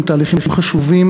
הם תהליכים חשובים.